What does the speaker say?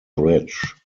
bridge